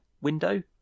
window